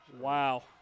Wow